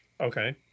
okay